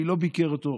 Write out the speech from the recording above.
מי לא ביקר אותו.